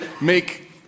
make